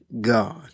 God